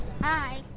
Hi